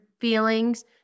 feelings